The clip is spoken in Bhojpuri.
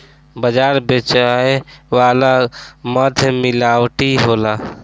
बाजार बेचाए वाला मध मिलावटी होला